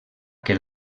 que